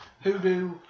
hoodoo